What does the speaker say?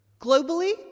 Globally